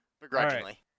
begrudgingly